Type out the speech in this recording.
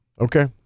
Okay